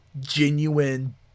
genuine